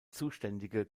zuständige